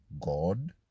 god